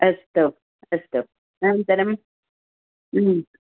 अस्तु अस्तु अनन्तरं